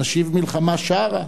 נשיב מלחמה שערה.